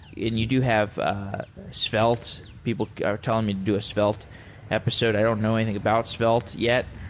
you do have ah svelte. people are telling me to do a svelte episode. i don't know anything about svelte yet.